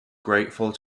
grateful